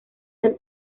del